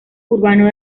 urbano